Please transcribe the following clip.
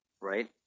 right